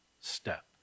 step